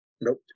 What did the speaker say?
Nope